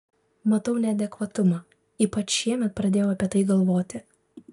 matau neadekvatumą ypač šiemet pradėjau apie tai galvoti